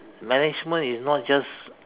management is not just